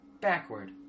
backward